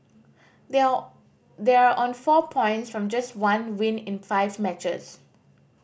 they are all they are on four points from just one win in five matches